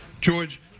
George